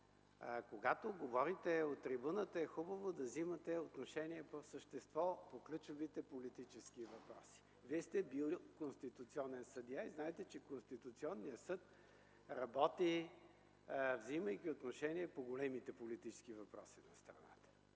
когато говорите от трибуната, е хубаво да вземате отношение по същество по ключовите политически въпроси. Вие сте бил конституционен съдия и знаете, че Конституционният съд работи, вземайки отношение по големите политически въпроси на страната.